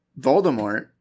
Voldemort